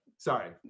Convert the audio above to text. Sorry